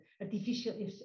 artificial